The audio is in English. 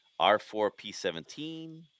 R4P17